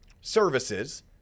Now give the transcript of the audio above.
services